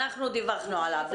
אנחנו דיווחנו עליו.